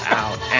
out